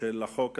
של החוק הזה,